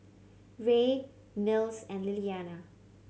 Rae Mills and Lillianna